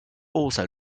also